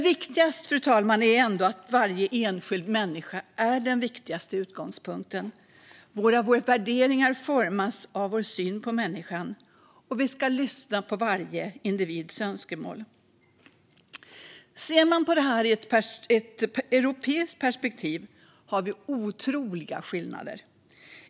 Viktigast, fru talman, är ändå att varje enskild människa är utgångspunkten. Våra värderingar formas av vår syn på människan. Vi ska lyssna på varje individs önskemål. Ser man på detta i ett europeiskt perspektiv ser man otroliga skillnader.